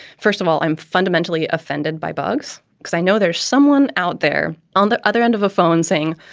first of all, i'm fundamentally offended by bugs because i know there's someone out there on the other end of a phone saying,